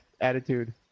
attitude